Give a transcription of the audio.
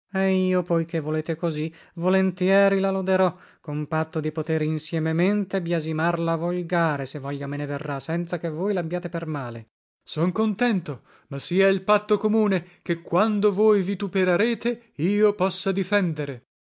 e io poi che volete così volentieri la loderò con patto di potere insiememente biasimar la volgare se voglia me ne verrà senza che voi labbiate per male bem son contento ma sia il patto comune che quando voi vituperarete io possa difendere